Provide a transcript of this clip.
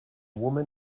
woman